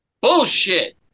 Bullshit